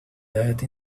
that